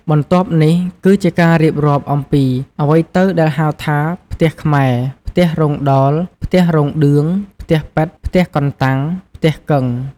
បន្ទាប់នេះគឺជាការរៀបរាប់អំពី អ្វីទៅដែលហៅថាផ្ទះខ្មែរ, ផ្ទះរោងដោល, ផ្ទះរោងឌឿង, ផ្ទះប៉ិត, ផ្ទះកន្តាំង, ផ្ទះកឹង។